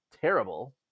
terrible